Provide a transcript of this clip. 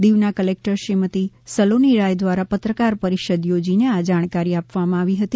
દીવના ક્લેક્ટર શ્રીમતી સલોની રાય દ્વારા પત્રકાર પરિષદ યોજીને આ જાણકારી આપવામાં આવી હતી